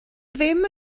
ddim